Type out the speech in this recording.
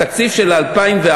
התקציב של 2014